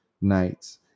nights